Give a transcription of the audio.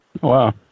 wow